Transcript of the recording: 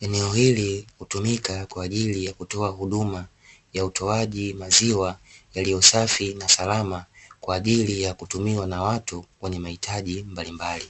Eneo hili hutumika kwa ajili ya kutoa huduma ya utoaji maziwa yalio safi na salama kwa ajili ya kutumiwa na watu wenye mahitaji mbalimbali.